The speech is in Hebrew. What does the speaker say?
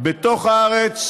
בתוך הארץ